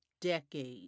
decades